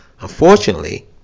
unfortunately